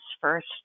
first